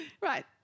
Right